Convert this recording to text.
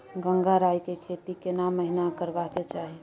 गंगराय के खेती केना महिना करबा के चाही?